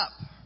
up